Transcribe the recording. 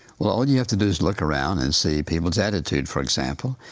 well, all you have to do is look around and see people's attitude for example,